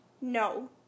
No